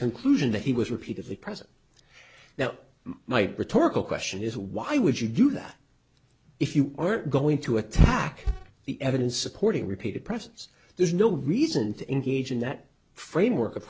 conclusion that he was repeatedly present now my rhetorical question is why would you do that if you are going to attack the evidence supporting repeated presence there's no reason to engage in that framework o